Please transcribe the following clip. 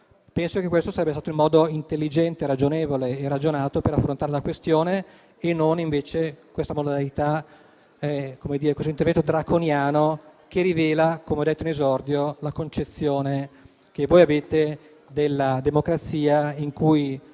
a vita. Questo sarebbe stato un modo intelligente, ragionevole e ragionato per affrontare la questione, e non invece l'intervento draconiano che rivela - come ho detto in esordio - la concezione che voi avete della democrazia, in cui